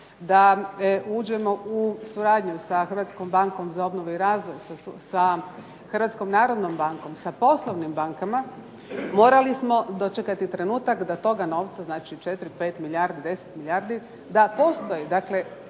da uđemo u suradnju sa Hrvatskom bankom za obnovu i razvoj, sa Hrvatskom narodnom bankom, sa poslovnim bankama morali smo dočekati trenutak da toga novca znači, četiri pet milijardi, deset milijardi da postoji.